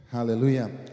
Hallelujah